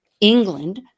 england